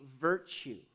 virtue